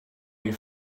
you